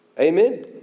Amen